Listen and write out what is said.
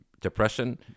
depression